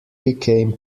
became